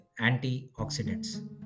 antioxidants